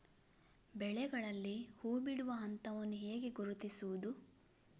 ಬೆಳೆಗಳಲ್ಲಿ ಹೂಬಿಡುವ ಹಂತವನ್ನು ಹೇಗೆ ಗುರುತಿಸುವುದು?